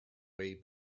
way